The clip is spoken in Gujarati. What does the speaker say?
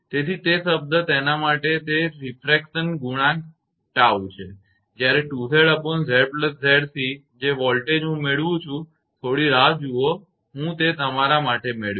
તેથી તે શબ્દ તેના માટે તે રીફ્રેક્શન ગુણાંક 𝜏 છે જ્યારે 2𝑍𝑍𝑍𝑐 જે વોલ્ટેજ હું મેળવુ છુ થોડી રાહ જુઓ હુ તે તમારા માટે મેળવીશ